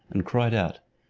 and cried out,